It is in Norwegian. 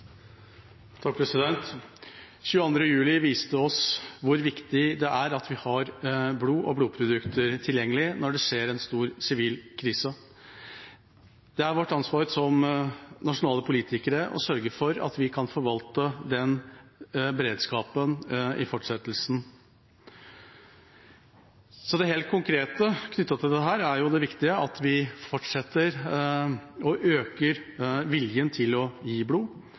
skjer en stor sivil krise. Det er vårt ansvar som nasjonale politikere å sørge for at vi kan forvalte den beredskapen i fortsettelsen. Det helt konkrete knyttet til dette, er det viktige: at vi fortsetter å øke viljen til å gi blod,